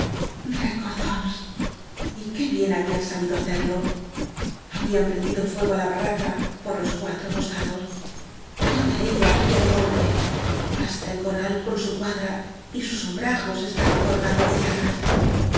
maldiciones rccordóns y qué bien habían sabido ha cerlo habían prendido fuego á la barraca por los cuatro costados toda ella ardía de golpe hasta el corral con su cuadra y sus som brajos estaba coronado ele llamas